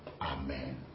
Amen